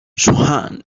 johan